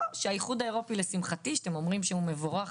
או שהאיחוד האירופאי לשמחתי שאתם שהוא מבורך,